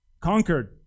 Conquered